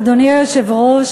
אדוני היושב-ראש,